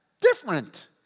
different